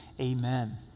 amen